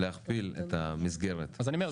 להכפיל את המסגרת של- -- אז אני אומר,